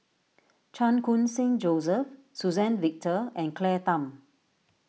Chan Khun Sing Joseph Suzann Victor and Claire Tham